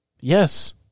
Yes